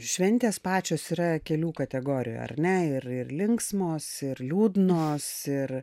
šventės pačios yra kelių kategorijų ar ne ir ir linksmos ir liūdnos ir